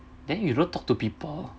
then you don't talk to people